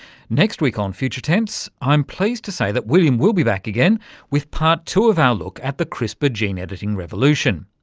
next week on future tense, i'm pleased to say william will be back again with part two of our look at the crispr gene-editing revolution.